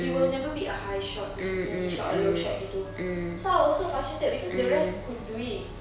it will never be a high shot macam shot or low shot gitu so I was so frustrated because the rest could do it